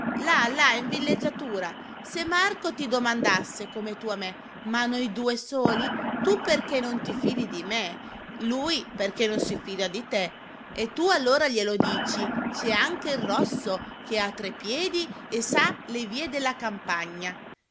là là in villeggiatura se marco ti domandasse come tu a me ma noi due soli tu perché non ti fidi di me lui perché non si fida di te e tu allora glielo dici c'è anche il rosso che ha tre piedi e sa le vie della campagna